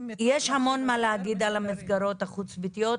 יש המון מה להגיד על המסגרות החוץ-ביתיות.